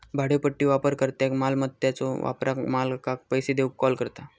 भाड्योपट्टी वापरकर्त्याक मालमत्याच्यो वापराक मालकाक पैसो देऊक कॉल करता